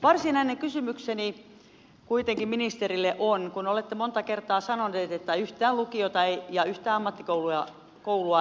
varsinainen kysymykseni ministerille kuitenkin on kun olette monta kertaa sanonut että yhtään lukiota ja yhtään ammattikoulua ei suljeta